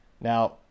now